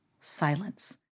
silence